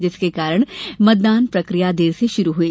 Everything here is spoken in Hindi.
जिसके कारण मतदान प्रकिया देर से शुरू हुई